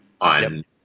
on